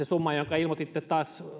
summan jonka ilmoititte